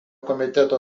komiteto